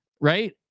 right